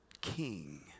king